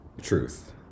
truth